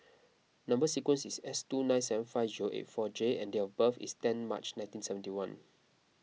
Number Sequence is S two nine seven five zero eight four J and date of birth is ten March nineteen seventy one